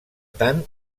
tant